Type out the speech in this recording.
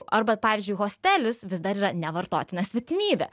arba pavyzdžiui hostelis vis dar yra nevartotina svetimybė